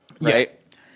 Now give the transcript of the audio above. right